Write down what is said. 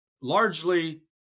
largely